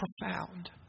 profound